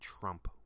Trump